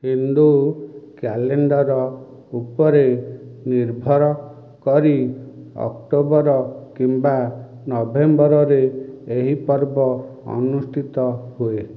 Hindu calendar ଉପରେ ନିର୍ଭର କରି ଅକ୍ଟୋବର୍ କିମ୍ବା ନଭେମ୍ବର୍ ରେ ଏହି ପର୍ବ ଅନୁଷ୍ଠିତ ହୁଏ